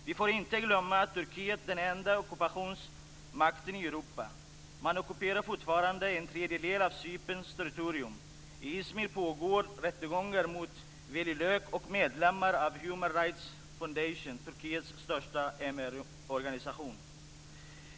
Vi får inte glömma att Turkiet är den enda ockupationsmakten i Europa. Man ockuperar fortfarande en tredjedel av Cyperns territorium. I Izmir pågår rättegångar mot Veli Lök och medlemmar av Human Rights Foundation - Turkiets största MR-organisation.